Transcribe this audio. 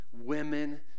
women